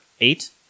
Eight